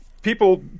People